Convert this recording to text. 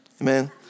Amen